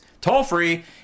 Toll-free